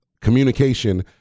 communication